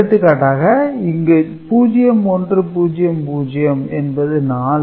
எடுத்துக்காட்டாக இங்கு 0100 என்பது 4